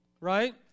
right